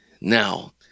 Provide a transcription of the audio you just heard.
Now